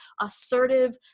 assertive